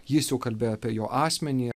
jis kalbėjo apie jo asmenį